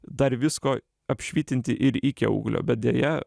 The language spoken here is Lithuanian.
dar visko apšvitinti ir iki auglio bet deja